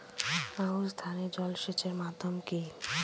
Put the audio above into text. আউশ ধান এ জলসেচের মাধ্যম কি?